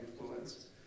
influence